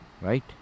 Right